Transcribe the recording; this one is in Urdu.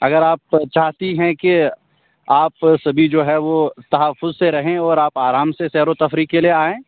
اگر آپ چاہتی ہیں کہ آپ سبھی جو ہیں وہ تحفظ سے رہیں اور آپ آرام سے سیر و تفریح کے لیے آئیں